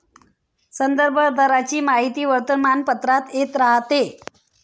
संदर्भ दराची माहिती वर्तमानपत्रात येत राहते